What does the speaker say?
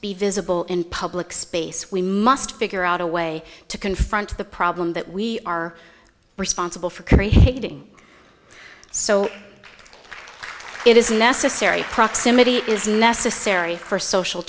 be visible in public space we must figure out a way to confront the problem that we are responsible for creating so it is necessary proximity is necessary for social